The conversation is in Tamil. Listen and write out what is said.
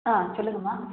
ஆ சொல்லுங்கம்மா